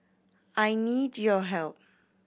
I need your help